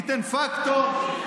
ניתן פקטור.